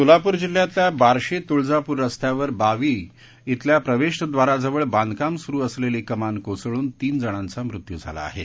सोलापूर जिल्ह्यातल्या बार्शी तृळजापूर रस्त्यावर बावी आ ईथल्या प्रवर्धक्वाराजवळ बांधकाम सुरू असलदीी कमान कोसळून तीन जणांचा मृत्यू झाला आहा